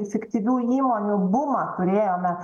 fiktyvių įmonių bumą turėjome